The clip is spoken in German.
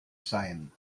seien